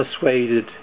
persuaded